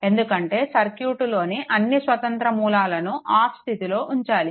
ఎందుకంటే సర్క్యూట్లోని అన్నీ స్వతంత్ర మూలాలను ఆఫ్ స్థితిలో ఉంచాలి